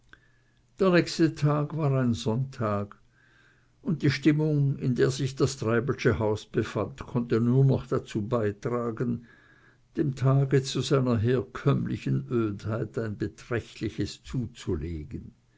der nächste tag war ein sonntag und die stimmung in der sich das treibelsche haus befand konnte nur noch dazu beitragen dem tage zu seiner herkömmlichen ödheit ein beträchtliches zuzulegen